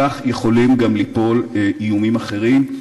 כך יכולים גם ליפול איומים אחרים.